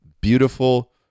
beautiful